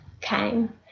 came